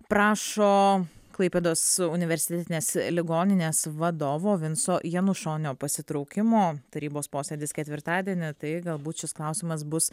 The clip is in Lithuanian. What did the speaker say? prašo klaipėdos universitetinės ligoninės vadovo vinco janušonio pasitraukimo tarybos posėdis ketvirtadienį tai galbūt šis klausimas bus